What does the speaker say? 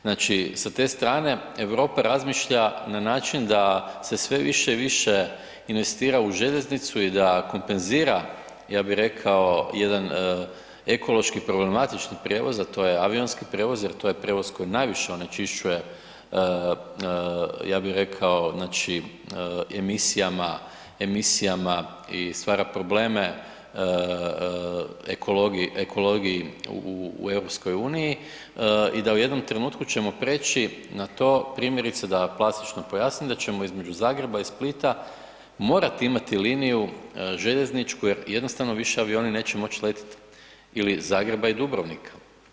Znači sa te strane Europa razmišlja na način da se sve više i više investira u željeznicu i da kompenzira ja bih rekao jedan ekološki problematični prijevoz, a to avionski prijevoz jer to je prijevoz koji najviše onečišćuje ja bih rekao znači emisijama, emisijama i stvara probleme ekologiji u EU i da u jednom trenutku ćemo preći na to, primjerice da plastično pojasnim da ćemo između Zagreba i Splita morati imati liniju željezničku jer jednostavno više avioni neće moći letjeti ili Zagreba i Dubrovnika.